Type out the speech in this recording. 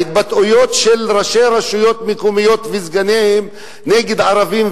ההתבטאויות של ראשי רשויות מקומיות וסגניהם נגד ערבים,